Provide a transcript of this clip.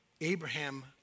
Abraham